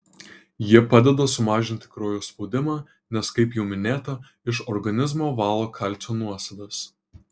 ji padeda sumažinti kraujo spaudimą nes kaip jau minėta iš organizmo valo kalcio nuosėdas